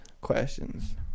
Questions